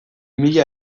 mila